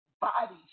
body